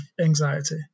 anxiety